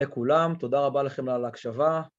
‫תודה לכולם, תודה רבה לכם על ההקשבה.